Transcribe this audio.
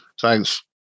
Thanks